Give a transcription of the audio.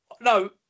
no